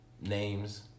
names